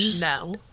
No